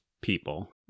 people